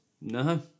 No